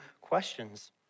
questions